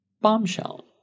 Bombshell